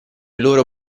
loro